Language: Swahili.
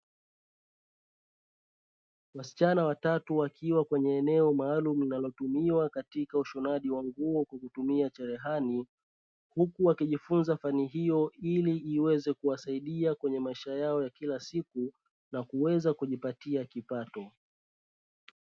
Wasichana watatu wakiwa kwenye eneo maalum linalotumiwa katika ushonaji wa nguo kwa kutumia cherehani, huku wakijifunza fani hiyo ili iweze kuwasaidia kwenye maisha yao ya kila siku na kuweza kujipatia kipato.